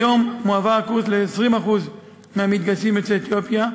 כיום מועבר הקורס ל-20% מהמתגייסים יוצאי אתיופיה,